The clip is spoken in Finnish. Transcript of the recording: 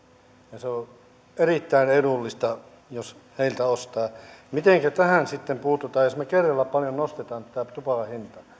ja se on erittäin edullista jos heiltä ostaa mitenkä tähän sitten puututaan jos me kerralla paljon nostamme tätä tupakan hintaa